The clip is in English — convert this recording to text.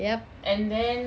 yup